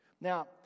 Now